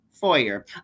Foyer